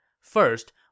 First